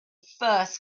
first